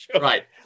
right